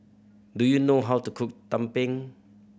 do you know how to cook tumpeng